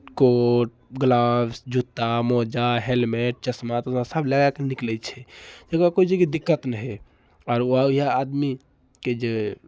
court gloves जूत्ता मोजा helmet चश्मा तश्मा सभ लगाए कऽ निकलै छै एहि दुआरे करै छै कि दिक्कत नहि होय आओर आगू इएह आदमीके जे